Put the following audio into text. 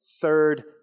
third